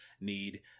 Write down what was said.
need